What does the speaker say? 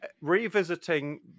revisiting